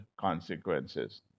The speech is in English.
consequences